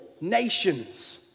nations